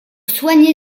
soigner